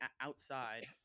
Outside